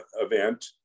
event